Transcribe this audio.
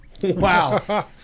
Wow